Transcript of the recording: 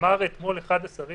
אמר אתמול אחד השרים